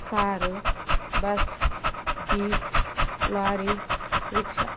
car bus jeep lorry rickshaw